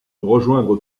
rejoindre